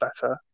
better